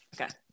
okay